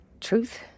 truth